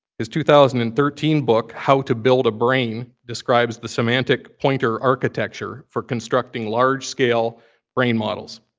his two thousand and thirteen book, how to build a brain, describes the semantic pointer architecture for constructing large-scale brain models.